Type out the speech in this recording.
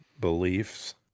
beliefs